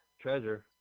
Treasure